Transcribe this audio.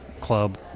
club